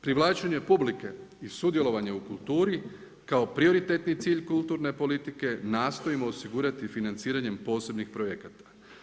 Privlačenje publike i sudjelovanje u kulturi kao prioritetni cilj kulturne politike nastojimo osigurati i financiranjem posebnih projekata.